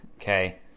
okay